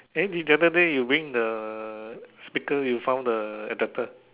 eh the other day you bring the speaker you found the adapter